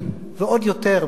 ועוד יותר,